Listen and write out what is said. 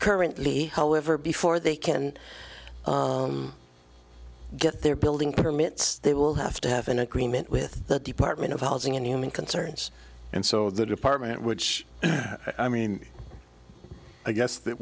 currently however before they can get their building permits they will have to have an agreement with the department of housing and human concerns and so the department which i mean i guess that